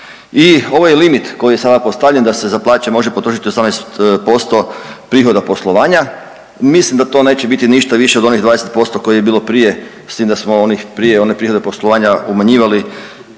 I ovaj limit koji je sada postavljen da se za plaće može potrošiti 18% prihoda poslovanja mislim da to neće biti ništa više od onih 20% kojih je bilo prije, s tim da smo one prije prihoda poslovanja umanjivali